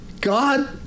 God